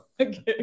okay